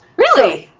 really?